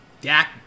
Dak